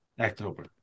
October